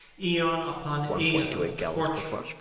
aeon upon aeon of torture.